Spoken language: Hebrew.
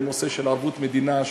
בנושא של ערבות מדינה,